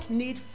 need